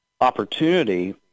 opportunity